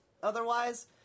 Otherwise